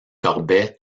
corbet